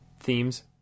themes